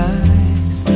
eyes